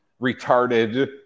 retarded